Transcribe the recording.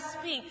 speak